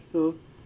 so